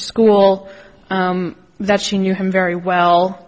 school that she knew him very well